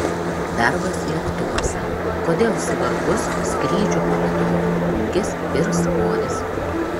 darbas lėktuvuose kodėl svarbus skrydžių palydovų ūgis ir svoris